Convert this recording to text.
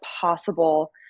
possible